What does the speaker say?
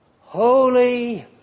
holy